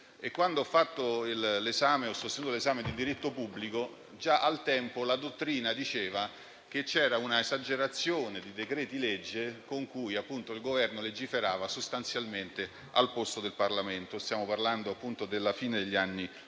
e, quando ho sostenuto l'esame di diritto pubblico, già al tempo la dottrina diceva che c'era una esagerazione di decreti-legge con cui il Governo legiferava sostanzialmente al posto del Parlamento: stiamo parlando della fine degli anni '80.